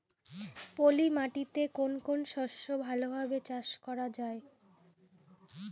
পলি মাটিতে কোন কোন শস্য ভালোভাবে চাষ করা য়ায়?